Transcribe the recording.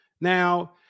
now